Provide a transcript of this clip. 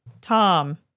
Tom